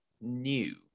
new